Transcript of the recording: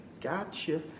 gotcha